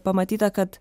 pamatyta kad